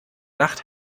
nacht